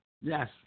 Yes